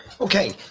Okay